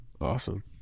Awesome